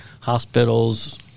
hospitals